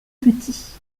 petits